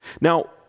Now